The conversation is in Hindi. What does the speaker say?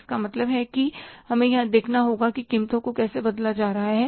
तो इसका मतलब है कि हमें यहां यह देखना होगा कि कीमतों को कैसे बदला जा रहा है